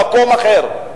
למקום אחר.